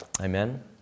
Amen